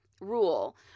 rule